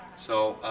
so